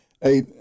Hey